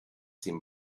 seem